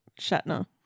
Shatner